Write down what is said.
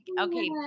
okay